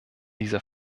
dieser